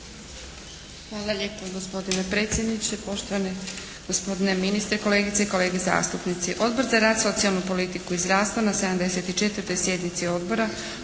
Hvala lijepo gospodine predsjedniče, poštovani gospodine ministre, kolegice i kolege zastupnici. Odbor za rad, socijalnu politiku i zdravstvo na 74. sjednici Odbora